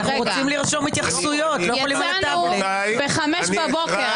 --- יצאנו ב-5:00 בבוקר.